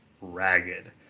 ragged